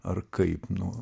ar kaip nu